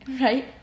Right